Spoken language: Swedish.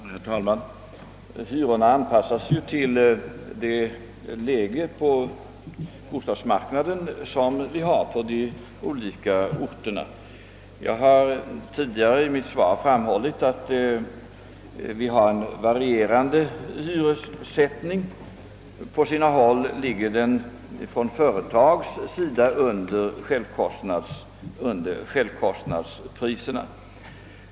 Herr talman! Hyrorna anpassas ju efter bostadsmarknaden på de olika orterna. Jag har i mitt svar framhållit, att det på sina håll även förekommer att företag tillämpar en hyressättning som understiger självkostnaden.